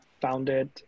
founded